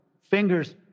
fingers